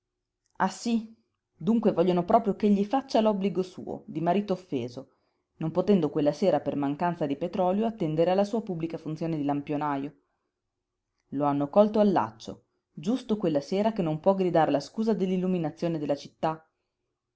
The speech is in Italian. ah sí dunque vogliono proprio ch'egli faccia l'obbligo suo di marito offeso non potendo quella sera per mancanza di petrolio attendere alla sua pubblica funzione di lampionajo lo hanno colto al laccio giusto quella sera che non può gridar la scusa dell'illuminazione della città